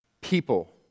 people